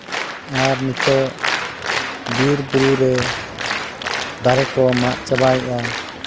ᱟᱨ ᱱᱤᱛᱚᱜ ᱵᱤᱨᱼᱵᱩᱨᱩ ᱨᱮ ᱫᱟᱨᱮ ᱠᱚ ᱢᱟᱜ ᱪᱟᱵᱟᱭᱮᱜᱼᱟ